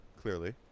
clearly